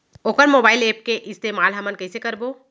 वोकर mobile app के इस्तेमाल हमन कइसे करबो?